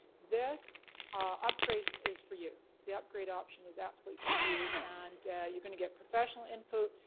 this upgrade is for you. the upgrade option is absolutely for you, and you're gonna get professional input,